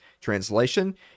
Translation